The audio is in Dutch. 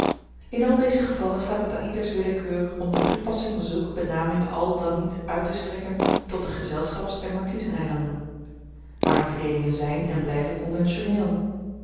in al deze gevallen staat het aan ieders willekeur om de toepassing van zulke benamingen al dan niet uittestrekken tot de gezelschaps en markiezen eilanden maar die verdeelingen zyn en blyven